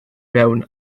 mewn